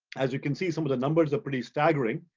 as you can see, some of the numbers are pretty staggering.